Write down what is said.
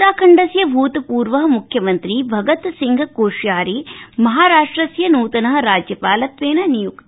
उत्तराखण्डस्य भूतपूर्व म्ख्यमन्त्री भगतसिंह कोश्यारी महाराष्ट्रस्य नूतन राज्यपालावेन निय्क्त